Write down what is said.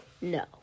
No